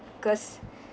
cause